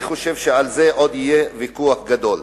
אני חושב שעל זה עוד יהיה ויכוח גדול.